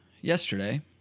yesterday